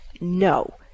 no